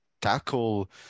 tackle